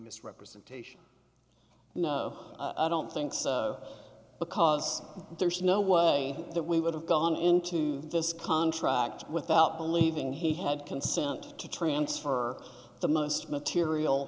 misrepresentation no i don't think so because there's no way that we would have gone into this contract without believing he had consent to transfer the most material